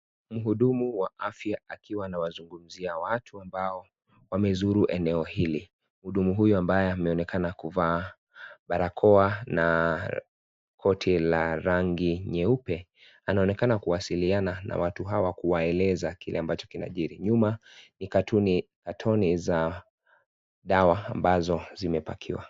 Mhudumu wa afya akiwa anawazungumzia watu ambao wamezuru eneo hili, mhudumu huyu ambaye ameonekana kuvaa barakoa na koti la rangi nyeupe, anaonekana kuwasiliana na watu hawa kuwaeleza kile ambacho kinajiri, nyuma ni katoni za dawa ambazo zimepakiwa.